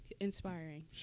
Inspiring